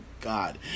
God